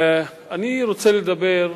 אני רוצה לדבר,